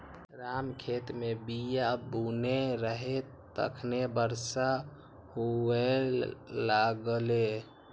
राम खेत मे बीया बुनै रहै, तखने बरसा हुअय लागलै